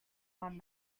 one